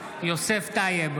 נגד יוסף טייב,